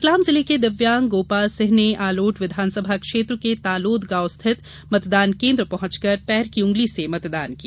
रतलाम जिले के दिव्यांग गोपाल सिंह ने आलोट विधानसभा क्षेत्र के तालोद गाँव स्थित मतदानकेन्द्र पहंचकर पैर की अंगुली से मतदान किया